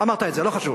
אמרת את זה, לא חשוב.